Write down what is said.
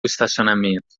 estacionamento